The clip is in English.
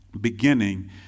beginning